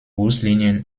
buslinien